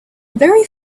very